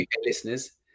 listeners